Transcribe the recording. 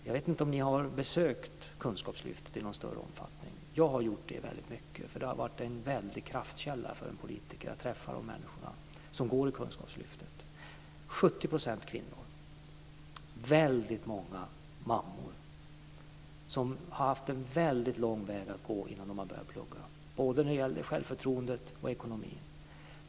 Jag vet inte om ni har besökt Kunskapslyftet i någon större omfattning. Jag har gjort det väldigt mycket, för det har varit en stor kraftkälla för en politiker att träffa de människor som går i Kunskapslyftet. 70 % är kvinnor. Väldigt många är mammor som har haft en mycket lång väg att gå innan de har börjat plugga - både när det gäller självförtroendet och ekonomin.